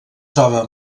troba